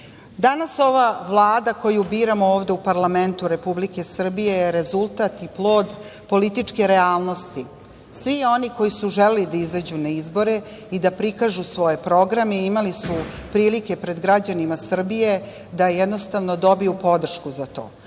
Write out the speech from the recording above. ova Vlada koju biramo ovde u parlamentu Republike Srbije je rezultat i plod političke realnosti. Svi oni koji su želeli da izađu na izbore i da prikažu svoje programe imali su prilike pred građanima Srbije da dobiju podršku za